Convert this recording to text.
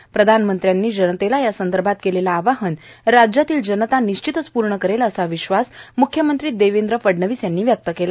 पंतप्रधानांनी जनतेला या संदर्भात केलेलं आवाहन राज्यातील जनता निश्चितच पूर्ण करेल असा विश्वास यावेळी म्ख्यमंत्री देवेंद्र फडणवीस यांनी व्यक्त केला